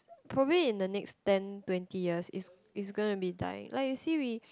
probably in the next ten twenty years is is gonna be dying like you see we